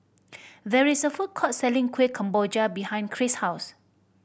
there is a food court selling Kueh Kemboja behind Kris' house